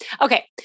Okay